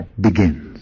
begins